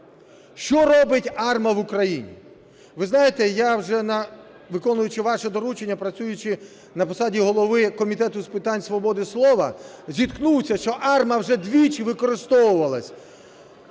Що робить АРМА в Україні? Ви знаєте, я вже, виконуючи ваше доручення, працюючи на посаді голови Комітету з питань свободи слова, зіткнувся, що АРМА вже двічі використовувалося